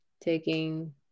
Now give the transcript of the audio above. Taking